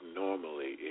normally